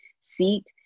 seat